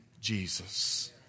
Jesus